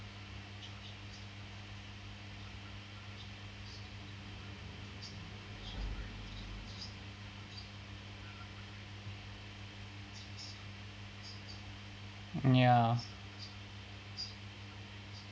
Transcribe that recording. ya